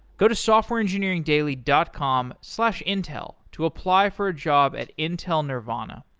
go to softwareengineeringdaily dot com slash intel to apply for a job at intel nervana.